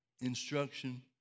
instruction